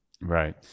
Right